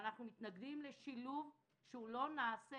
אבל אנחנו מתנגדים לשילוב שלא נעשה